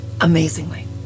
amazingly